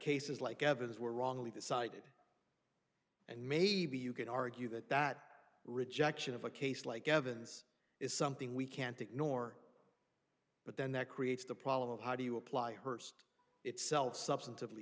cases like evidence were wrongly decided and maybe you can argue that that rejection of a case like evidence is something we can't ignore but then that creates the problem of how do you apply hurst itself substantive